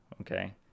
okay